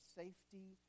safety